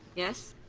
yes.